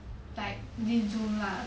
like this zoom lah